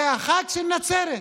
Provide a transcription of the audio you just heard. זה החג של נצרת,